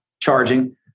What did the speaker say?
charging